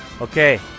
okay